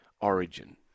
Origin